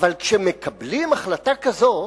כשמקבלים החלטה כזאת,